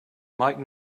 might